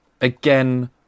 Again